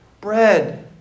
bread